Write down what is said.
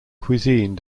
cuisine